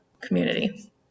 community